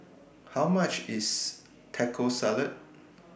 How much IS Taco Salad